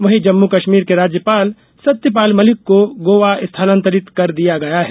वहीं जम्मू कश्मीर के राज्यपाल सत्यपाल मलिक को गोवा स्थानातंरित कर दिया गया है